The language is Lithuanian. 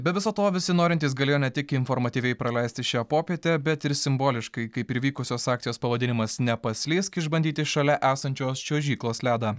be viso to visi norintys galėjo ne tik informatyviai praleisti šią popietę bet ir simboliškai kaip ir vykusios akcijos pavadinimas nepaslysk išbandyti šalia esančios čiuožyklos ledą